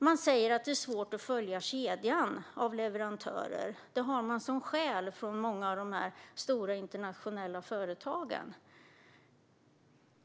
Man säger att det är svårt att följa kedjan av leverantörer. Det anges som skäl av många av de stora internationella företagen.